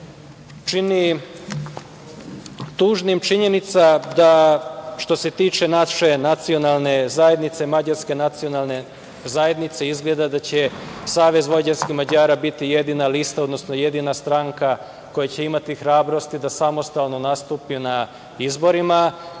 čini tužnim činjenica da što se tiče naše nacionalne zajednice, mađarske nacionalne zajednice, izgleda da će SVM biti jedina stranka, koja će imati hrabrosti da samostalno nastupi na izborima,